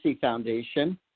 Foundation